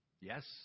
Yes